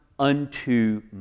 unto